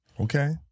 Okay